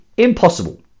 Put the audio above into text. Impossible